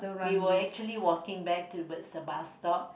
we were actually walking back towards the bus stop